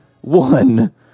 one